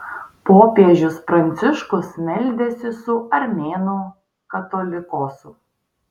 popiežius pranciškus meldėsi su armėnų katolikosu